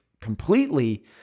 completely